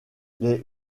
les